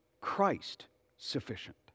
Christ-sufficient